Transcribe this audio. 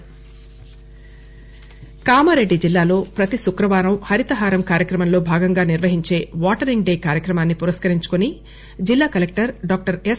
నిజామాబాద్ కామారెడ్డి జిల్లాలో ప్రతి శుక్రవారం హరితహారం కార్యక్రమంలో భాగంగా నిర్వహించే వాటరింగ్ డే కార్యక్రమాన్ని పురస్కరించుకుని జిల్లా కలెక్టర్ డాక్టర్ ఎస్